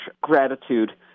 gratitude